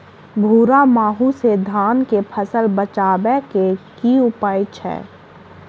भूरा माहू सँ धान कऽ फसल बचाबै कऽ की उपाय छै?